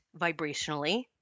vibrationally